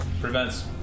Prevents